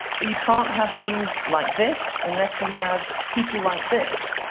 but you can't have scenes like this unless you have people like this.